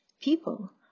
People